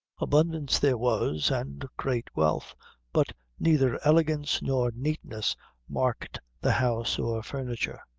abundance there was, and great wealth but neither elegance nor neatness marked the house or furniture.